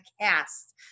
cast